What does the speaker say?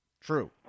True